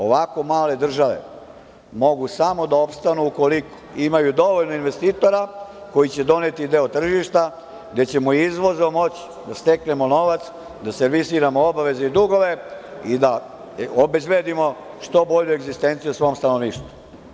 Ovako male države mogu samo da opstanu ukoliko imaju dovoljno investitora koji će doneti deo tržišta, gde ćemo izvozom moći da steknemo novac, da servisiramo obaveze i dugove, i da obezbedimo što bolju egzistenciju svom stanovništvu.